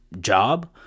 job